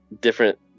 different